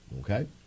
Okay